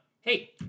Hey